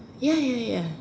ya ya ya